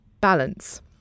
balance